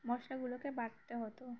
মশলাগুলোকে বাটতে হতো